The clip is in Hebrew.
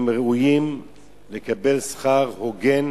ראויים לקבל שכר הוגן